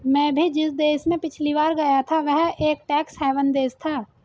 मैं भी जिस देश में पिछली बार गया था वह एक टैक्स हेवन देश था